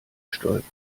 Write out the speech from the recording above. stolperst